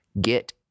Get